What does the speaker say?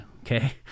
okay